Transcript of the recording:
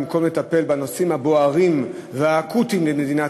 במקום לטפל בנושאים הבוערים והאקוטיים למדינת